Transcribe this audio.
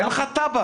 אין לך תב"ע.